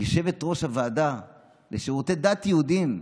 יושבת-ראש הוועדה לשירותי דת יהודיים,